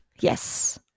yes